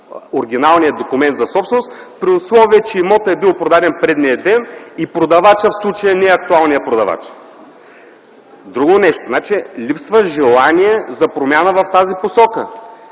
оригиналният документ за собственост, при условие че имотът е бил продаден предния ден и продавачът в случая не е актуалният продавач? Значи липсва желание за промяна в тази посока.